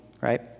right